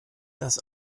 dass